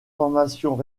formations